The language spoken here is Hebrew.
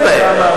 תתרכז בהם.